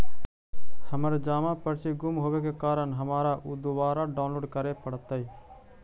हमर जमा पर्ची गुम होवे के कारण हमारा ऊ दुबारा डाउनलोड करे पड़तई